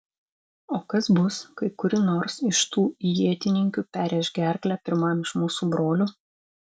o kas bus kai kuri nors iš tų ietininkių perrėš gerklę pirmam iš mūsų brolių